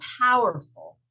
powerful